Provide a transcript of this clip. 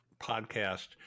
podcast